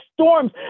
storms